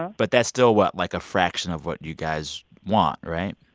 but that's still what? like, a fraction of what you guys want, right?